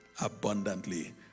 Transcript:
abundantly